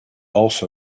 also